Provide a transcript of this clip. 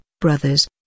brothers